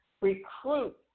recruit